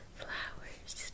flowers